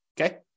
okay